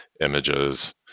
images